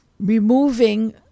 removing